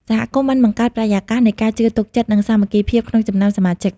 សហគមន៍បានបង្កើតបរិយាកាសនៃការជឿទុកចិត្តនិងសាមគ្គីភាពក្នុងចំណោមសមាជិក។